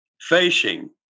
Facing